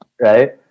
Right